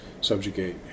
subjugate